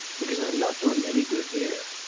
because i'm not doing any good here.